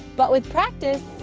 but with practice,